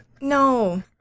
No